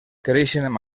creixen